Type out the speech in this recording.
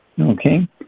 Okay